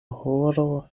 horo